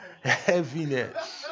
heaviness